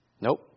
Nope